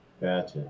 Gotcha